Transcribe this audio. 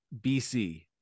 BC